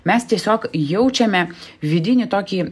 mes tiesiog jaučiame vidinį tokį